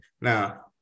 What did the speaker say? Now